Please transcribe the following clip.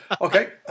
Okay